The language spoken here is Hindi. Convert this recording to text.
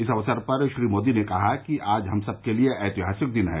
इस अवसर पर श्री मोदी ने कहा कि आज हम सबके लिए ऐतिहासिक दिन है